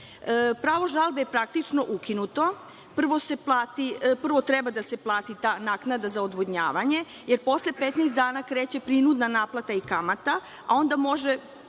žalbe je praktično ukinuto. Prvo treba da se plati ta naknada za odvodnjavanje, jer posle 15 dana kreće prinudna naplata i kamata, a onda može